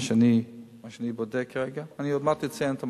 מה שאני בודק כרגע ועוד מעט אציין את המקומות,